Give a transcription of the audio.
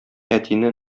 әтине